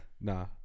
Nah